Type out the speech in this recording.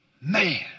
Man